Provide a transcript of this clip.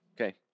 Okay